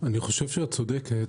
אני חושב שאת צודקת,